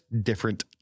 different